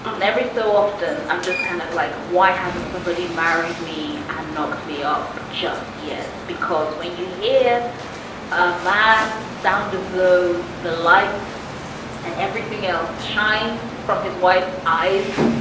and every so often, i'm just kind of like, why hasn't somebody married me and knocked me up just yet? because when you hear a man sound as though the light and everything else shines from his wife's eyes,